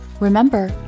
Remember